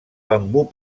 bambú